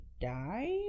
died